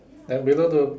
then below the